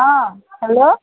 অঁ হেল্ল'